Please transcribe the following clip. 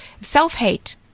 self-hate